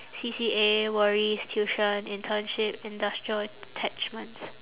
C_C_A worries tuition internship industrial attachments